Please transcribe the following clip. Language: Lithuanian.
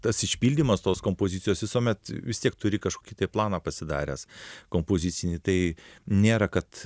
tas išpildymas tos kompozicijos visuomet vis tiek turi kažkokį tai planą pasidaręs kompozicinį tai nėra kad